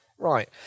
Right